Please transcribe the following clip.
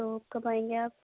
تو کب آئیں گے آپ